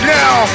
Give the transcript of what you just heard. now